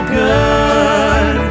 good